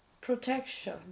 protection